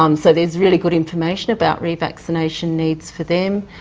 um so, there's really good information about revaccination needs for them.